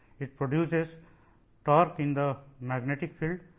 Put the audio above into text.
it produces torque in the magnetic field.